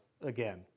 again